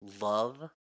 love